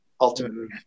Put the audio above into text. ultimately